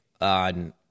on